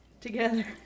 together